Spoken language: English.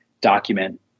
document